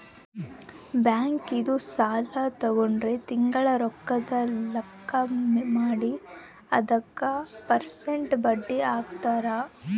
bank ಇಂದ ಸಾಲ ತಗೊಂಡ್ರ ತಿಂಗಳ ರೊಕ್ಕದ್ ಲೆಕ್ಕ ಮಾಡಿ ಅದುಕ ಪೆರ್ಸೆಂಟ್ ಬಡ್ಡಿ ಹಾಕ್ತರ